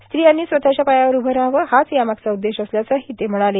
स्त्रियांनी स्वतःच्या पायावर उभं राहावं हाच यामागचा उद्देश असल्याचंही ते म्हणाले